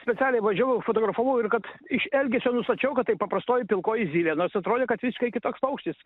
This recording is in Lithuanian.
specialiai važiavau fotografavau ir kad iš elgesio nustačiau kad tai paprastoji pilkoji zylė nors atrodė kad visiškai kitoks paukštis